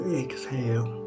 exhale